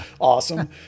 awesome